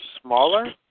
smaller